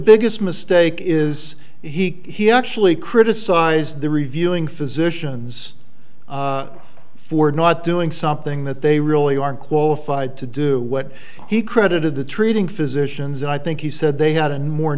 biggest mistake is he actually criticized the reviewing physicians for not doing something that they really aren't qualified to do what he credited the treating physicians and i think he said they had an more